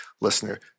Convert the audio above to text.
listener